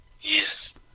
Yes